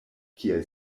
kiel